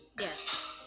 Yes